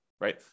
right